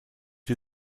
die